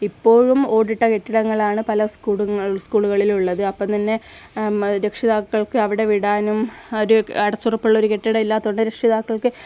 ഇപ്പോഴും ഓടിട്ട കെട്ടിടങ്ങളാണ് പല സ്കൂളുകളിൽ സ്കൂളുകളിലും ഉള്ളത് അപ്പം തന്നെ രക്ഷിതാക്കൾക്ക് അവിടെ വിടാനും ഒരു അടച്ചുറപ്പുള്ള ഒരു കെട്ടിടം ഇല്ലാത്തത് കൊണ്ട് രക്ഷിതാക്കൾക്ക്